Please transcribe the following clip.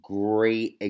great